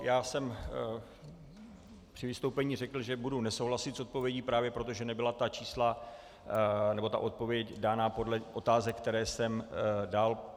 Já jsem při vystoupení řekl, že budu nesouhlasit s odpovědí, právě proto, že nebyla ta čísla nebo ta odpověď dána podle otázek, které jsem dal.